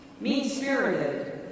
mean-spirited